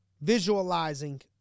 visualizing